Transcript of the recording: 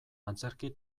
antzerki